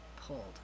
pulled